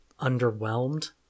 underwhelmed